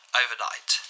overnight